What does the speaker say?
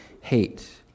hate